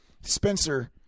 Spencer